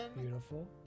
Beautiful